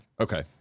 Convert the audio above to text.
Okay